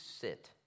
sit